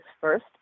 first